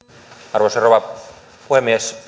arvoisa rouva puhemies